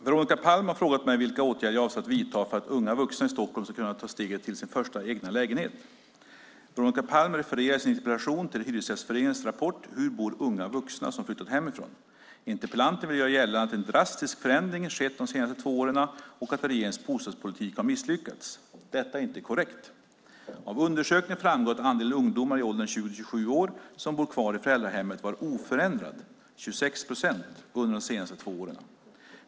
Herr talman! Veronica Palm har frågat mig vilka åtgärder jag avser att vidta för att unga vuxna i Stockholm ska kunna ta steget till sin första egna lägenhet. Veronica Palm refererar i sin interpellation till Hyresgästföreningens rapport Hur bor unga vuxna som flyttat hemifrån? Interpellanten vill göra gällande att en drastisk förändring skett de senaste två åren och att regeringens bostadspolitik har misslyckats. Detta är inte korrekt. Av undersökningen framgår att andelen ungdomar i åldern 20-27 år som bor kvar i föräldrahemmet var oförändrad, 26 procent, under de senaste två åren.